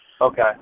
Okay